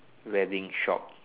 wedding shop